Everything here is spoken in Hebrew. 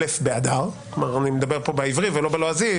א' באדר אני מדבר פה בעברי ולא בלועזי,